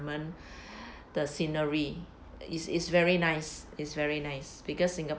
the scenery is is very nice is very nice because singapore